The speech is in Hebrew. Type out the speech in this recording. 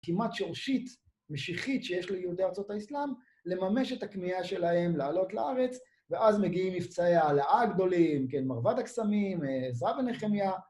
כמעט שורשית, משיחית, שיש ליהודי ארצות האסלאם, לממש את הכמיהה שלהם לעלות לארץ ואז מגיעים מבצעי ההעלאה הגדולים, מרבד הקסמים, עזרה ונחמיה.